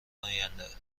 آینده